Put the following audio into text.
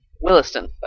Williston